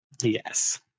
Yes